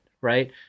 right